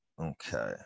Okay